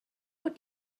what